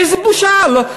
איזה בושה.